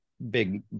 Big